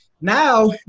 Now